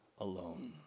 alone